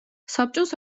საბჭოს